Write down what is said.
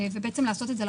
אז יש פה פתרון,